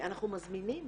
אנחנו מזמינים,